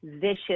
vicious